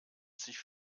sich